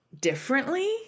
differently